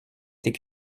était